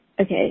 Okay